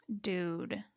dude